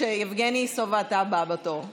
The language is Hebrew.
שיבגני סובה, אתה הבא בתור.